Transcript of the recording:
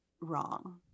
wrong